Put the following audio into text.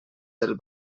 del